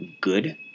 good